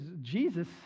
Jesus